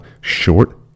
short